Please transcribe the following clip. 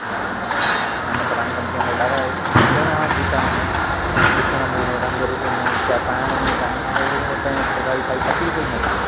ऐं हिन फलाणी कंपनीअ मां ॾाढा सुहिणा जूता आहिनि ॾिसण में रंग रूप में चाहे पाइण में पाइण में वरी न हूअ काई तकलीफ़ ई न थिए